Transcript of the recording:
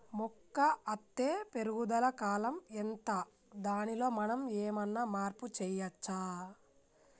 మొక్క అత్తే పెరుగుదల కాలం ఎంత దానిలో మనం ఏమన్నా మార్పు చేయచ్చా?